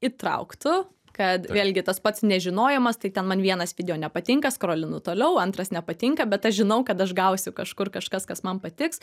įtrauktų kad vėlgi tas pats nežinojimas tai ten man vienas video nepatinka skrolinu toliau antras nepatinka bet aš žinau kad aš gausiu kažkur kažkas kas man patiks